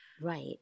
Right